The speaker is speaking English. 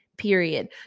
period